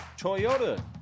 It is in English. Toyota